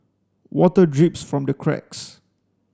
water drips from the cracks